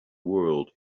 world